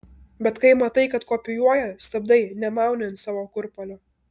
bet kai matai kad kopijuoja stabdai nemauni ant savo kurpalio